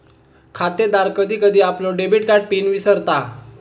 खातेदार कधी कधी आपलो डेबिट कार्ड पिन विसरता